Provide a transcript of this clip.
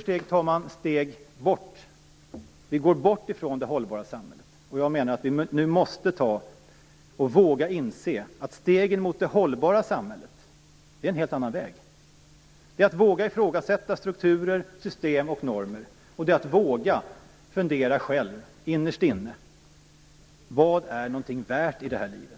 Steg för steg går man bort från det hållbara samhället. Jag menar att vi nu måste inse att vägen mot det hållbara samhället är en helt annan väg. Det är att våga ifrågasätta strukturer, system och normer, och det är att våga fundera själv innerst inne: Vad är värt någonting i det här livet?